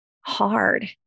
hard